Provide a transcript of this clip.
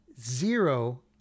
zero